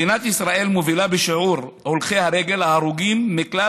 מדינת ישראל מובילה בשיעור הולכי ההרגל ההרוגים מכלל